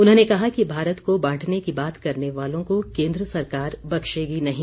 उन्होंने कहा कि भारत को बांटने की बात करने वालों को केन्द्र सरकार बख्शेगी नही